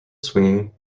swinging